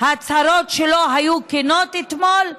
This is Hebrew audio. ההצהרות שלו היו כנות אתמול,